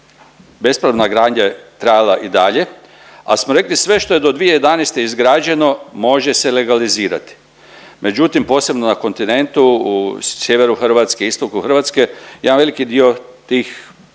Bespravna gradnja je trajala i dalje, al' smo rekli sve što je do 2011. izgrađeno, može se legalizirati. Međutim, posebno na kontinentu, sjeveru Hrvatsku, istoku Hrvatske jedan veliki dio tih